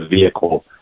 vehicle